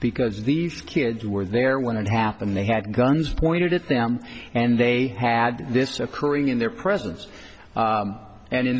because these kids were there when it happened they had guns pointed at them and they had this occurring in their presence and in